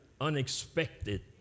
unexpected